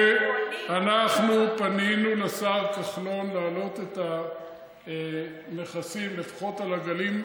ואנחנו פנינו לשר כחלון להעלות את המכסים לפחות על עגלים גדולים,